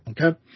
Okay